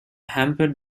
hampered